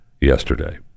yesterday